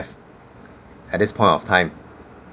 at this point of time